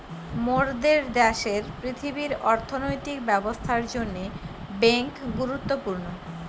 মোরদের দ্যাশের পৃথিবীর অর্থনৈতিক ব্যবস্থার জন্যে বেঙ্ক গুরুত্বপূর্ণ